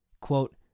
Quote